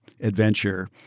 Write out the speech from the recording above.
adventure